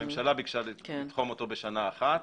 הממשלה ביקשה לתחום אותו בשנה אחת.